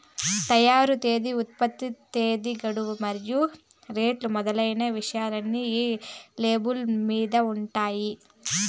తయారీ తేదీ ఉత్పత్తి తేదీ గడువు మరియు రేటు మొదలైన విషయాలన్నీ ఈ లేబుల్ మీద ఉంటాయి